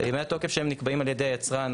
ימי התוקף שלהם נקבעים על ידי היצרן.